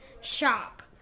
shop